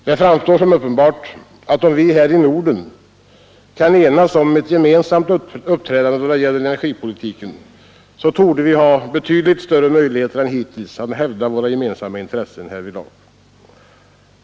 Det framstår som uppenbart att om vi här i Norden kan enas om ett gemensamt uppträdande då det gäller energipolitiken, så får vi betydligt större möjligheter än hittills att hävda våra gemensamma intressen härvidlag.